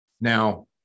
Now